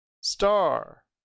star